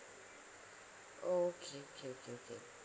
okay okay okay okay